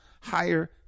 higher